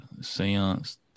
seance